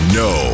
no